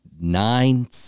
Nine